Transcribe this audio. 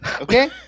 Okay